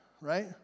right